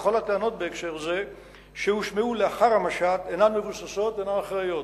וכל הטענות בהקשר זה שהושמעו לאחר המשט אינן מבוססות ואינן אחראיות.